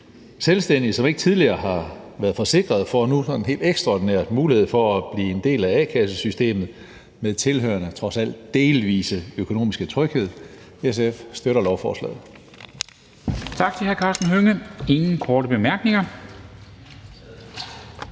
Selvstændige, som ikke tidligere har været forsikret, får nu helt ekstraordinært mulighed for at blive en del af a-kassesystemet med tilhørende – trods alt – delvis økonomisk tryghed. SF støtter lovforslaget.